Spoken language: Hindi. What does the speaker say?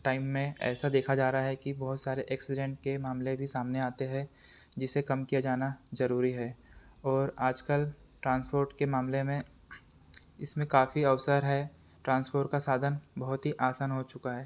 टाइम में ऐसा देखा जा रहा है कि बहुत सारे एक्सीडेंट के मामले भी सामने आते हैं जिसे कम किया जाना ज़रूरी है और आजकल ट्रांसपोर्ट के मामले में इसमें काफ़ी अवसर है ट्रांसपोर्ट का साधन बहुत ही आसान हो चुका है